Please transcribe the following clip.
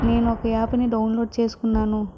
నేను ఒక యాప్ ని డౌన్లోడ్ చేసుకున్నాను